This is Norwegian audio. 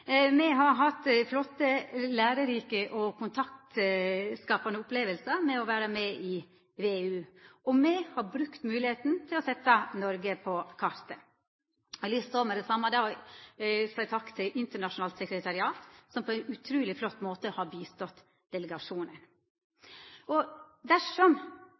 Me har hatt flotte, lærerike og kontaktskapande opplevingar med å vera med i VEU, og me har brukt moglegheita til å setja Noreg på kartet. Eg har med det same lyst til å seia takk til internasjonalt sekretariat, som på ein utruleg flott måte har hjelpt delegasjonen. Dersom